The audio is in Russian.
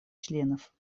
членов